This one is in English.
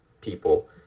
people